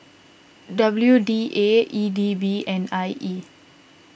W D A E D B and I E